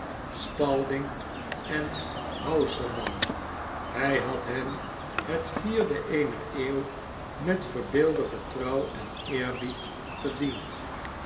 spalding en hausermann hij had hen het vierde eener eeuw met verbeeldige trouw en eerbied gediend